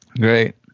Great